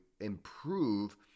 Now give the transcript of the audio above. improve